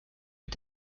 und